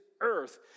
earth